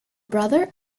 brother